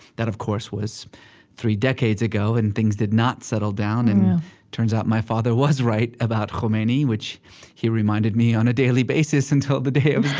that, of course, was three decades ago, and things did not settle down yeah and turns out my father was right about khomeini, which he reminded me on a daily basis until the day of